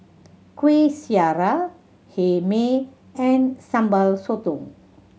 Kueh Syara Hae Mee and Sambal Sotong